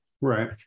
right